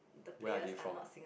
where are they from